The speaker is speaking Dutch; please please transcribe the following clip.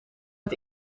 het